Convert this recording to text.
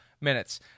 minutes